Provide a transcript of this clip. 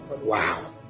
Wow